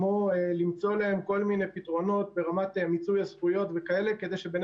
כמו למצוא להם כל מיני פתרונות ברמת מיצוי הזכויות כדי שבן